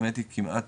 האמת היא כמעט